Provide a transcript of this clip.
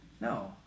No